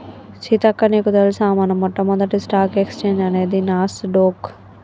సీతక్క నీకు తెలుసా మన మొట్టమొదటి స్టాక్ ఎక్స్చేంజ్ అనేది నాస్ డొక్